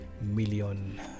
million